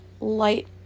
light